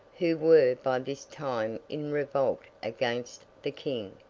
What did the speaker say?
who were by this time in revolt against the king,